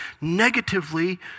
Negatively